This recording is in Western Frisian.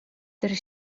der